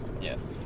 Yes